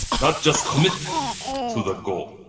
not just commit to the goal.